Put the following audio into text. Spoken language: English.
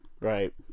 right